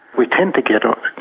we tend to get um